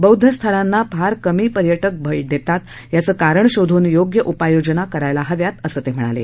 बौद्ध स्थळांना फार कमी पर्यटक भेट देतात याचं कारण शोधून योग्य उपाय योजना करायला हव्यात असंही ते म्हणाले